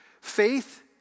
faith